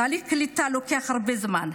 תהליך קליטה לוקח הרבה זמן.